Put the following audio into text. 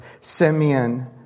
Simeon